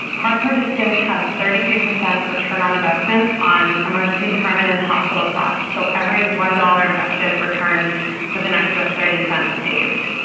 harp participants had a thirty three percent return on investment on emergency department and hospital costs, so every one dollar invested returned with an extra thirty cents saved.